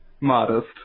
modest